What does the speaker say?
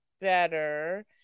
better